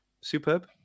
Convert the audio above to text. Superb